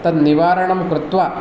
तद् निवारणं कृत्वा